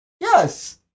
yes